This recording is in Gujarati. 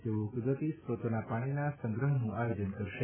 તેઓ કુદરતી સ્રોતોના પાણીના સંગ્રહનું આયોજન કરશે